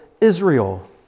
Israel